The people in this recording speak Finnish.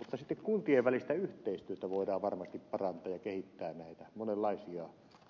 mutta kuntien välistä yhteistyötä voidaan varmasti parantaa ja kehittää näitä monenlaisia